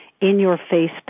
in-your-face